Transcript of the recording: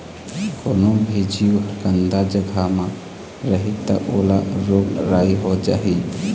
कोनो भी जीव ह गंदा जघा म रही त ओला रोग राई हो जाही